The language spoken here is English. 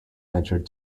ventured